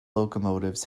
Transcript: locomotives